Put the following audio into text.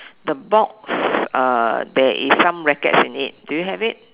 the box uh there is some rackets in it do you have it